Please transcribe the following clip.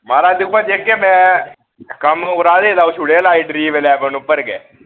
महाराज दिक्खो हां जेह्के मैं कम्म कराए दे हे ओह् छुड़े लाई ड्रीम एलेवेन उप्पर गै